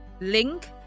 link